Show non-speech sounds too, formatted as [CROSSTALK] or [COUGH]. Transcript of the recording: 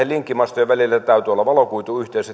[UNINTELLIGIBLE] linkkimastojen välillä täytyy olla valokuituyhteys [UNINTELLIGIBLE]